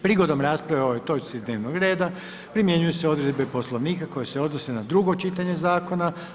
Prigodom rasprave o ovoj točci dnevnog reda primjenjuju se odredbe Poslovnika koje se odnose na drugo čitanje zakona.